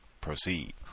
proceed